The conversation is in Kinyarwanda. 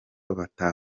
bakora